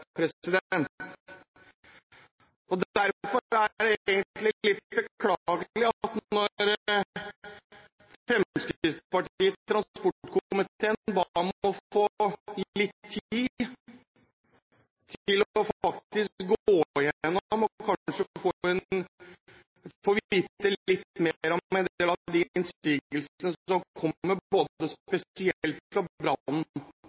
det nye nødnettet. Det er egentlig litt beklagelig, når Fremskrittspartiet i transportkomiteen ba om å få litt tid til faktisk å gå igjennom og få vite litt mer om de innsigelsene som har kommet, spesielt fra Brann- og redningsetaten, men også fra en del andre organisasjoner, f.eks. KS – som